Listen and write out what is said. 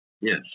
yes